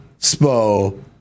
Spo